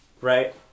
Right